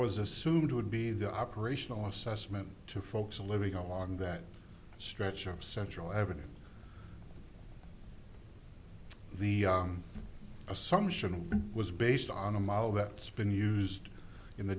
was assumed would be the operational assessment to folks living along that stretch of central avenue the assumption was based on a model that's been used in the